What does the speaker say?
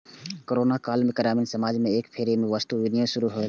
corona काल मे ग्रामीण समाज मे एक बेर फेर सं वस्तु विनिमय शुरू भेल रहै